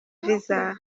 viza